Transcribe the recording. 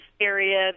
area